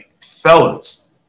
Fellas